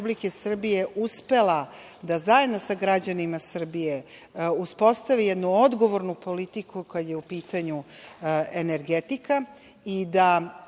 Vlada Republike Srbije uspela da zajedno sa građanima Srbije uspostavi jednu odgovornu politiku kada je u pitanju energetika